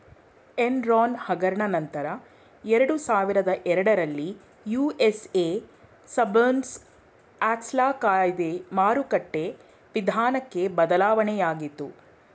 Enron ಹಗರಣ ನಂತ್ರ ಎರಡುಸಾವಿರದ ಎರಡರಲ್ಲಿ ಯು.ಎಸ್.ಎ ಸರ್ಬೇನ್ಸ್ ಆಕ್ಸ್ಲ ಕಾಯ್ದೆ ಮಾರುಕಟ್ಟೆ ವಿಧಾನಕ್ಕೆ ಬದಲಾವಣೆಯಾಗಿತು